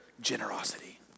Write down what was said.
generosity